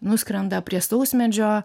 nuskrenda prie sausmedžio